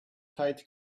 fight